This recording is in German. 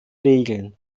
regeln